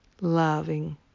loving